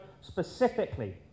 specifically